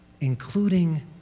including